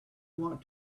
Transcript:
want